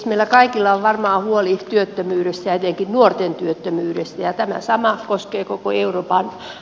meillä kaikilla on varmaan huoli työttömyydestä ja etenkin nuorten työttömyydestä ja tämä sama koskee koko eurooppaa